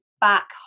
back